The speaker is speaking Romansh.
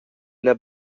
ina